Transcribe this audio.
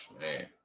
Man